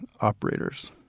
operators